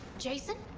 jason?